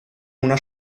una